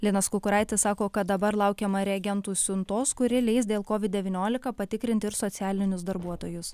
linas kukuraitis sako kad dabar laukiama reagentų siuntos kuri leis dėl kovid devyniolika patikrinti ir socialinius darbuotojus